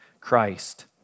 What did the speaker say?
Christ